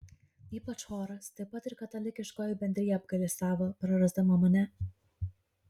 ypač choras taip pat ir katalikiškoji bendrija apgailestavo prarasdama mane